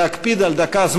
להקפיד על זמן של דקה,